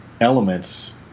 elements